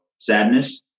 sadness